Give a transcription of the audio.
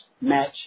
match